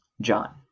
John